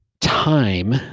time